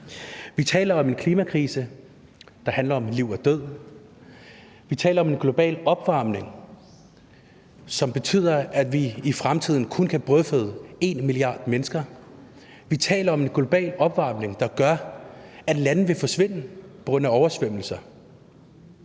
Vi taler om en klimakrise, der handler om liv og død; vi taler om en global opvarmning, som betyder, at vi i fremtiden kun kan brødføde 1 milliard mennesker. Vi taler om en global opvarmning, der gør, at lande vil forsvinde på grund af oversvømmelser.